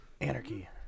Anarchy